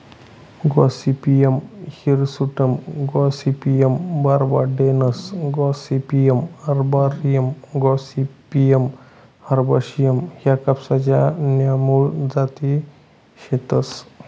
Gossypium hirsutum Gossypium barbadense Gossypium arboreum Gossypium herbaceum ह्या कपाशी न्या मूळ जाती शेतस